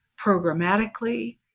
programmatically